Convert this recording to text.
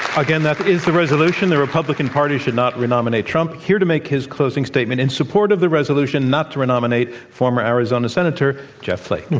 again, that is the resolution, the republican party should not re-nominate trump. here to make his closing statement in support of the resolution not re-nominate, former arizona senator, jeff flake.